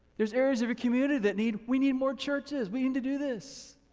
there's areas of a community that need, we need more churches, we need to do this.